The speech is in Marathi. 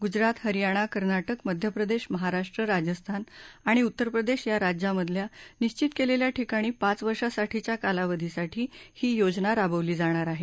गुजरातए हरयाणाए कर्नाक्रिए मध्यप्रदेशए महाराष्ट्रए राज्यस्थानए आणि उत्तरप्रदेश या राज्यांमधल्या निशित केलेल्या ठिकाणीए पाच वर्षासाठीच्या कालाधीसाठी ही योजना राबवली जाणार आहे